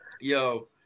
Yo